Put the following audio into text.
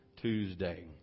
Tuesday